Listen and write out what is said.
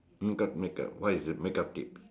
makeup makeup what is it makeup tips